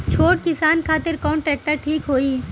छोट किसान खातिर कवन ट्रेक्टर ठीक होई?